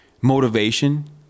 motivation